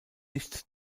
nicht